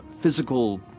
physical